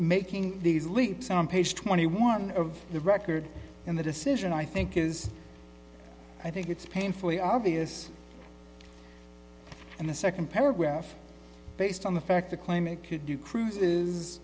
making these leaps on page twenty one of the record in the decision i think is i think it's painfully obvious and the second paragraph based on the fact the claimant could do cruises